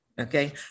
okay